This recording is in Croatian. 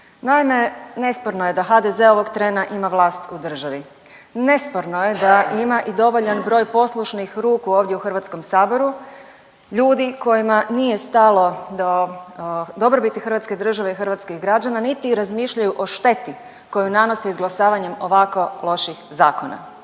Naime, nesporno je da HDZ ovog trena ima vlast u državi. Nesporno je da ima i dovoljan broj poslušnih ruku ovdje u Hrvatskom saboru, ljudi kojima nije stalo do dobrobiti Hrvatske države i hrvatskih građana niti razmišljaju o šteti koju nanose izglasavanjem ovako loših zakona.